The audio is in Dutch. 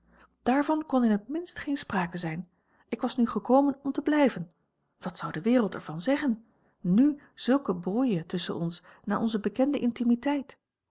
daarvan kon in het minste geen sprake zijn ik was nu gekomen om te blijven wat zou de wereld er van zeggen n zulke brouille tusschen ons na onze bekende intimiteit